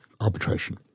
arbitration